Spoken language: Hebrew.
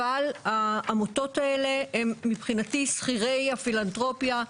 אבל העמותות האלה הן מבחינתי שכירי הפילנתרופיה,